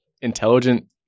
intelligent